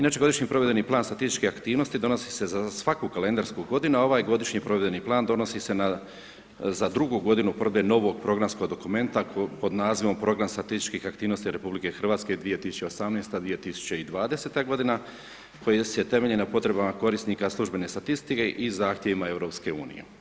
Inače Godišnji provedbeni plan statističkih aktivnosti donosi se za svaku kalendarsku godinu a ovaj Godišnji provedbeni plan donosi se za drugu godinu ... novog programskog dokumenta pod nazivom Program statističkih aktivnosti RH 2018., 2020. koje se temelji na potrebama korisnika službene statistike i zahtjevima EU.